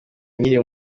nkiri